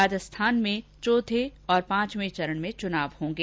राजस्थान में चौथे और पांचवे चरण में चुनाव होंगे